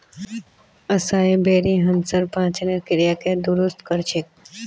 असाई बेरी हमसार पाचनेर क्रियाके दुरुस्त कर छेक